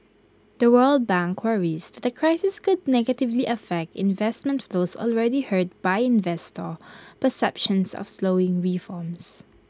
the world bank worries that the crisis could negatively affect investment flows already hurt by investor perceptions of slowing reforms